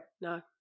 No